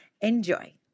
Enjoy